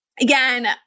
Again